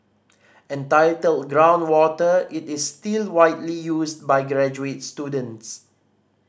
entitled Groundwater it is still widely used by graduate students